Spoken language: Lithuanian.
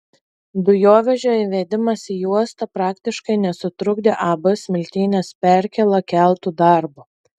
dujovežio įvedimas į uostą praktiškai nesutrukdė ab smiltynės perkėla keltų darbo